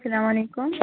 اَسلام علیکُم